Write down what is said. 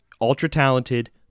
Ultra-talented